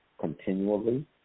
continually